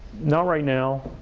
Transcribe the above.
not right now.